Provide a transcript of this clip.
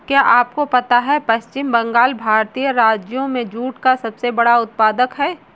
क्या आपको पता है पश्चिम बंगाल भारतीय राज्यों में जूट का सबसे बड़ा उत्पादक है?